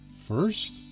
first